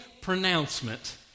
pronouncement